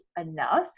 enough